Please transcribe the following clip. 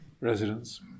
residents